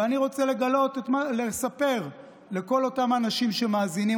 ואני רוצה לספר לכל אותם אנשים שמאזינים